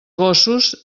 gossos